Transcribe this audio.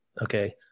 Okay